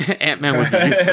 Ant-Man